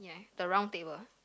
yeah the round table